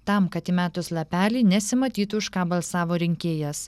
tam kad įmetus lapelį nesimatytų už ką balsavo rinkėjas